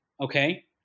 Okay